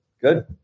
Good